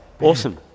awesome